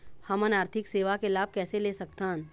हमन आरथिक सेवा के लाभ कैसे ले सकथन?